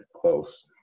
close